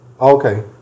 Okay